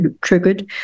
triggered